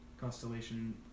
constellation